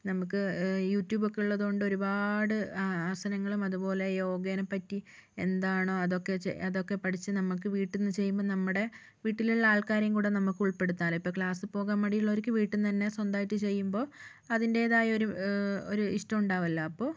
നമുക്ക് യൂട്യൂബ് ഒക്കെ ഉള്ളതുകൊണ്ട് ഒരുപാട് ആസനങ്ങളും അതുപോലെ യോഗേനെപ്പറ്റി എന്താണോ അതൊക്കെ അതൊക്കെ പഠിച്ച് നമ്മൾക്ക് വീട്ടീൽ നിന്ന് ചെയ്യുമ്പോൾ നമ്മുടെ വീട്ടിലുള്ള ആൾക്കാരെയുംകൂടി നമുക്ക് ഉൾപ്പെടുത്താമല്ലോ ഇപ്പോൾ ക്ലാസ്സിൽപ്പോകാൻ മടിയുള്ളവർക്ക് വീട്ടീൽ നിന്ന് തന്നെ സ്വന്തമായിട്ട് ചെയ്യുമ്പോൾ അതിൻ്റേതായ ഒരു ഒരിഷ്ടം ഉണ്ടാവുമല്ലോ അപ്പോൾ